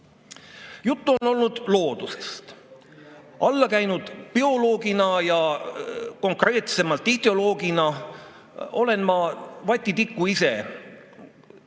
Juttu on olnud loodusest. Allakäinud bioloogina ja konkreetsemalt ideoloogina olen ma vatitiku ka ise kala